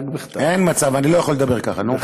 אין מצב, אני לא יכול לדבר ככה, נו.